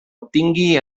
obtingui